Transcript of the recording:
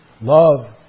Love